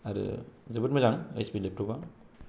आरो जोबोद मोजां ओइस पि लेपटपा